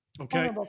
Okay